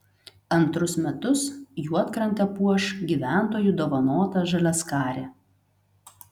antrus metus juodkrantę puoš gyventojų dovanota žaliaskarė